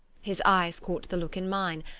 his eyes caught the look in mine,